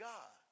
God